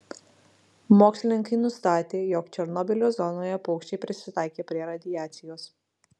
mokslininkai nustatė jog černobylio zonoje paukščiai prisitaikė prie radiacijos